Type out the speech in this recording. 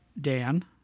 Dan